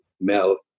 Mel